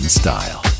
style